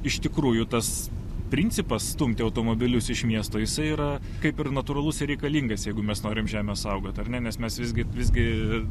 iš tikrųjų tas principas stumti automobilius iš miesto jisai yra kaip ir natūralus ir reikalingas jeigu mes norim žemę saugot ar ne nes mes visgi visgi